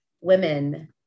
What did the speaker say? women